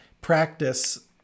practice